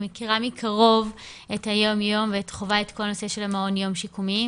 מכירה מקרוב את יום-יום וחווה את כל הנושא של המעון יום שיקומי.